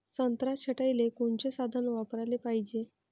संत्रा छटाईले कोनचे साधन वापराले पाहिजे?